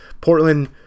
Portland